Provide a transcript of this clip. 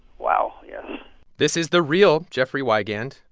wow, yes this is the real jeffrey wigand.